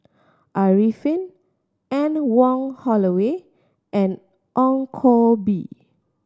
Arifin Anne Wong Holloway and Ong Koh Bee